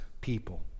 people